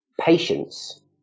Patience